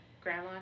grandma